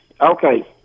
Okay